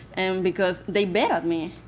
and because they bet on me.